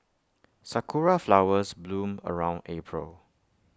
Sakura Flowers bloom around April